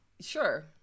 Sure